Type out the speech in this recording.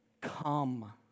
come